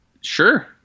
Sure